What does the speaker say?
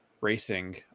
racing